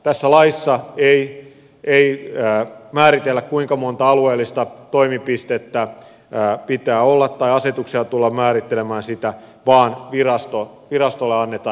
tässä laissa ei määritellä kuinka monta alueellista toimipistettä pitää olla tai asetuksella tulla määrittelemään sitä vaan virastolle annetaan